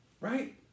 right